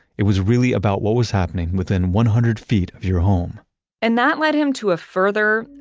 it was really about what was happening within one hundred feet of your home and that led him to a further,